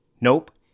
Nope